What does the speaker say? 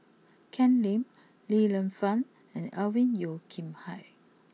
Ken Lim Li Lienfung and Alvin Yeo Khirn Hai